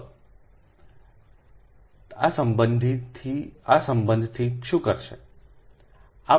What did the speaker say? તો આ સંબંધથી શું કરશે